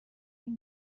این